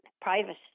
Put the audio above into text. private